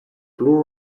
blu